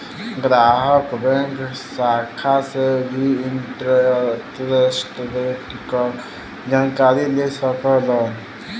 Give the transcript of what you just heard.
ग्राहक बैंक शाखा से भी इंटरेस्ट रेट क जानकारी ले सकलन